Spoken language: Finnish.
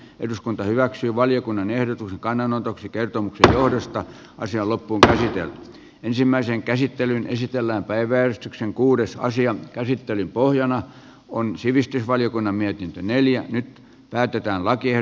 eduskunta hyväksyy valiokunnan ehdotus kannanotoksi kertomuksen johdosta asia loppuu tähän ja ensimmäisen käsittelyn esitellään päiväystyksen kuudes aasian käsittelyn pohjana on sivistysvaliokunnan mietintö neljä täytetään lakien